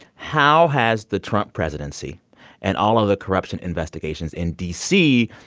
how has the trump presidency and all of the corruption investigations in d c.